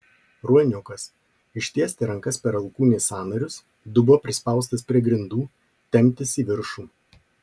ruoniukas ištiesti rankas per alkūnės sąnarius dubuo prispaustas prie grindų temptis į viršų